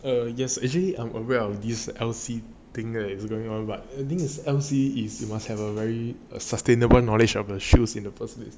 err yes actually I'm aware of this L_C thing ah that is going on but the thing is is you must have a very a sustainable knowledge of the shoes in the person is an L_C uh